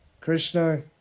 Krishna